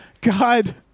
God